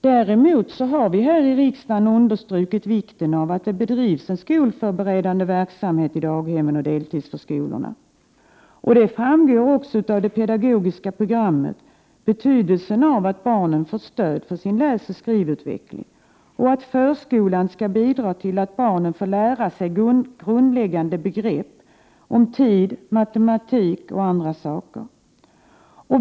Däremot har vi här i riksdagen understrukit vikten av en skolförberedande verksamhet i daghemmen och deltidsförskolorna. Av det pedagogiska programmet framgår också betydel | sen av att barnen får stöd i sin läsoch skrivutveckling, och att förskolan skall bidra till att barnen får lära sig grundläggande begrepp om tid, matematik m.m.